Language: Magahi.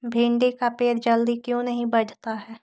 भिंडी का पेड़ जल्दी क्यों नहीं बढ़ता हैं?